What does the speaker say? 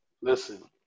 Listen